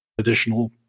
additional